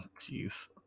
Jeez